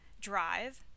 drive